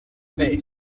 base